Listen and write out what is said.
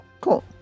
Cool